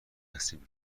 هستیم